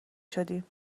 شدیم